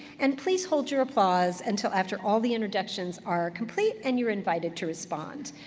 and please hold your applause until after all the introductions are complete and you're invited to respond.